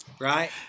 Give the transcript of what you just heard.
Right